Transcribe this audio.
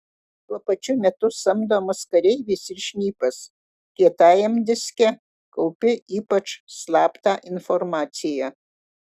tuo pačiu metu samdomas kareivis ir šnipas kietajam diske kaupi ypač slaptą informaciją